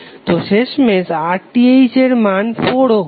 তো শেষমেশ RTh এর মান 4 ওহম